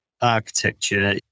architecture